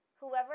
whoever